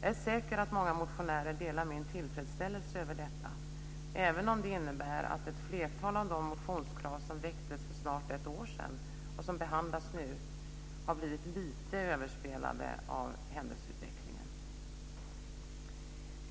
Jag är säker på att många motionärer delar min tillfredsställelse över detta, även om det innebär att ett flertal av de motionskrav som väcktes för snart ett år sedan och som behandlas nu har blivit lite överspelade av händelseutvecklingen.